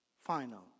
Final